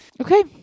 okay